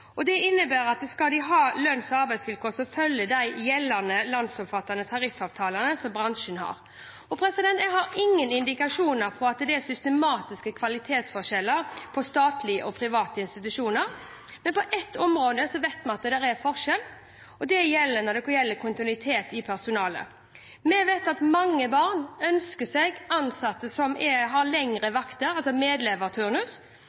skal ha lønns- og arbeidsvilkår som følger de gjeldende landsomfattende tariffavtalene som bransjen har. Jeg har ingen indikasjoner på at det er systematiske kvalitetsforskjeller på statlige og private institusjoner. Men på ett område vet vi at det er forskjell, og det gjelder kontinuitet i personalet. Vi vet at mange barn ønsker seg ansatte som har lengre